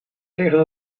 tegen